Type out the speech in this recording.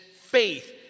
faith